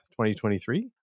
2023